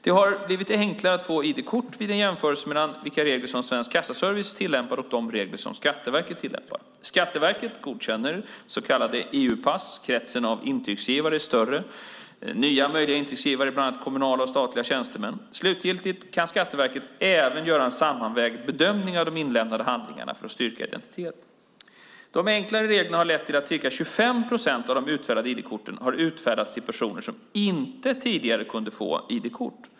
Det har blivit enklare att få ID-kort vid en jämförelse mellan vilka regler som Svensk Kassaservice tillämpade och de regler som Skatteverket tillämpar. Skatteverket godkänner så kallade EU-pass. Kretsen av intygsgivare är större. Nya möjliga intygsgivare är bland annat kommunala och statliga tjänstemän. Slutligen kan Skatteverket även göra en sammanvägd bedömning av inlämnade handlingar för att styrka identiteten. De enklare reglerna har lett till att ca 25 procent av de utfärdade ID-korten har utfärdats till personer som tidigare inte kunde få ID-kort.